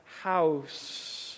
house